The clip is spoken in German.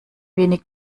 wenig